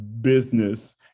business